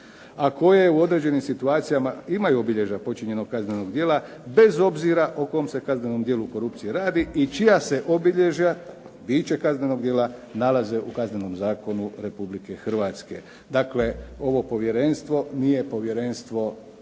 a koje u određenim situacijama imaju obilježja počinjenog kaznenog djela bez obzira o kojem se kaznenom djelu korupcije radi i čija se obilježja tiče kaznenog djela nalaze u Kaznenom zakonu Republike Hrvatske. Dakle, ovo povjerenstvo nije povjerenstvo kako bismo